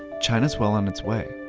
china is well on its way.